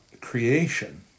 creation